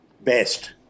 Best